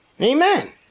Amen